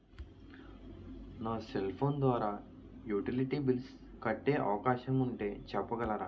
నా cell phone ద్వారా utility bills కట్టే అవకాశం ఉంటే చెప్పగలరా?